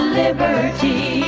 liberty